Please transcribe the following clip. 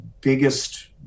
biggest